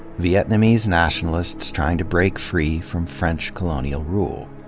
vietnamese nationalists trying to break free from french colonial rule.